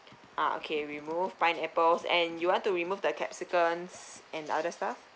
ah okay remove pineapples and you want to remove the capsaicin and other stuff